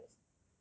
are you serious